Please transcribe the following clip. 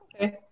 Okay